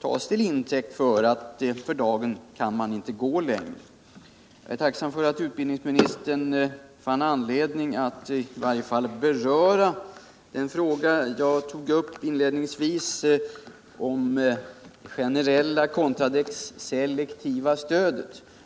tas till intäkt för att vi för dagen inte kan gå längre. Jag är tacksam för att utbildningsministern fann anledning att i varje fall beröra den fråga jag tog upp inledningsvis om generellt stöd kontra selektivt.